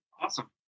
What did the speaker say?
Awesome